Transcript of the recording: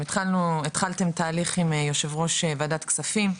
אם התחלתם תהליך עם יו"ר ועדת כספים,